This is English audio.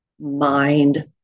mind